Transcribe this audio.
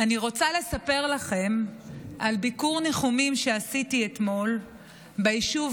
אני רוצה לספר לכם על ביקור ניחומים שעשיתי אתמול ביישוב